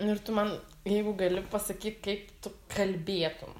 ir tu man jeigu gali pasakyk kaip tu kalbėtum